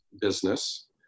business